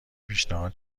پیشنهاد